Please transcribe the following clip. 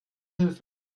hilfe